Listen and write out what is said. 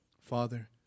Father